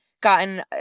gotten